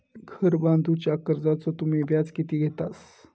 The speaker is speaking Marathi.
घर बांधूच्या कर्जाचो तुम्ही व्याज किती घेतास?